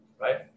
right